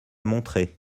montré